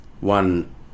one